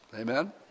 amen